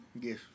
Yes